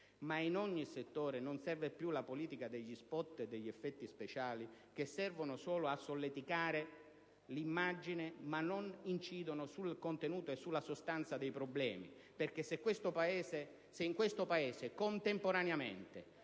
ma in ogni settore, non serve più la politica degli *spot* e degli effetti speciali, che servono solo a rinfrescare l'immagine ma non incidono sul contenuto e sulla sostanza dei problemi. Infatti, se in questo Paese, contemporaneamente,